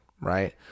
right